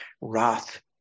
wrath